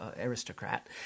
aristocrat